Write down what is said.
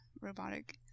robotic